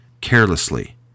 carelessly